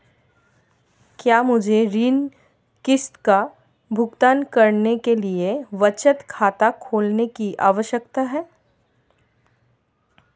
क्या मुझे ऋण किश्त का भुगतान करने के लिए बचत खाता खोलने की आवश्यकता है?